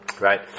Right